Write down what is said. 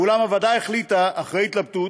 ואולם הוועדה החליטה, אחרי התלבטות,